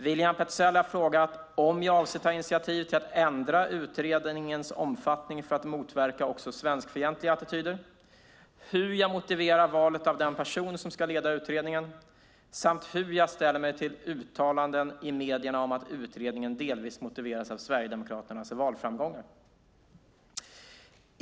William Petzäll har frågat mig om jag avser att ta initiativ till att ändra utredningens omfattning för att motverka också svenskfientliga attityder, hur jag motiverar valet av den person som ska leda utredningen samt hur jag ställer mig till uttalandena i medierna om att utredningen delvis motiveras av Sverigedemokraternas valframgångar.